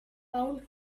pound